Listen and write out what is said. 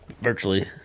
virtually